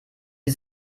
wie